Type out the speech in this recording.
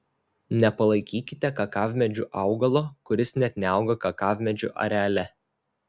nepalaikykite kakavmedžiu augalo kuris net neauga kakavmedžių areale